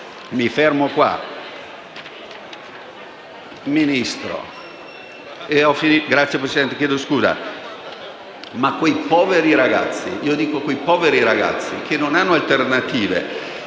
Mi fermo qui.